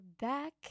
back